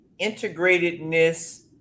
integratedness